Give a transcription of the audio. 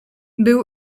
był